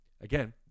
Again